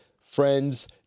friends